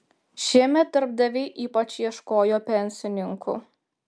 šiemet darbdaviai ypač ieškojo pensininkų